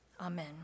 amen